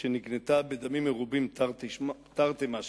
שנקנתה בדמים מרובים, תרתי משמע,